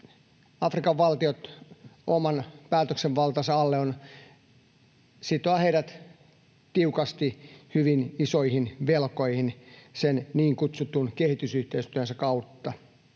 Afrikan valtiot oman päätösvaltansa alle, on sitoa heidät tiukasti hyvin isoihin velkoihin sen niin kutsutun kehitysyhteistyönsä kautta.